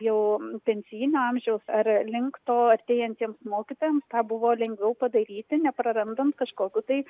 jau pensijinio amžiaus ar link to artėjantiems mokytojams tą buvo lengviau padaryti neprarandant kažkokių tai